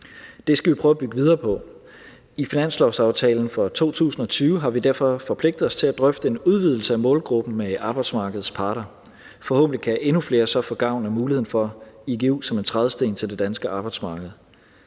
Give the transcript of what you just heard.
Det skal vi prøve at bygge videre på. I finanslovsaftalen for 2020 har vi derfor forpligtet os til at drøfte en udvidelse af målgruppen med arbejdsmarkedets parter, og forhåbentlig kan endnu flere så få gavn af muligheden for igu som en trædesten til det danske arbejdsmarked.